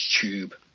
tube